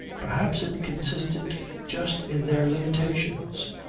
perhaps it consisted just in their limitations.